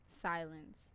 Silence